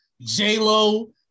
J-Lo